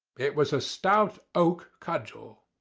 it was a stout oak cudgel.